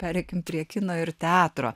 pereikim prie kino ir teatro